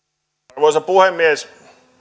arvoisa puhemies